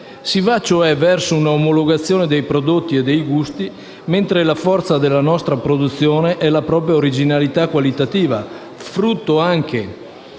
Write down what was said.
si va verso un'omologazione dei prodotti e dei gusti, mentre la forza della nostra produzione è l'originalità qualitativa, frutto anche